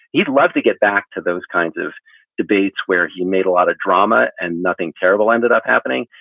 he'd love to get back to those kinds of debates where he made a lot of drama and nothing terrible ended up happening.